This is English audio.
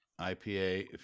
IPA